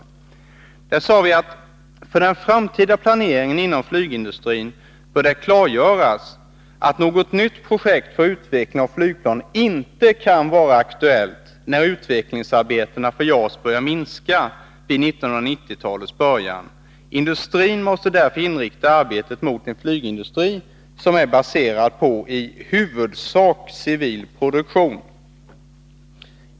Vi socialdemokrater har sagt att för den framtida planeringen inom flygindustrin bör det klargöras att något nytt projekt för utveckling av flygplan inte kan vara aktuellt då utvecklingsarbetena börjar minska vid 1990-talets början. Industrin måste därför inrikta arbetet mot en flygindustri som är baserad på huvudsakligen civil produktion.